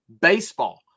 baseball